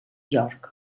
york